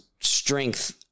strength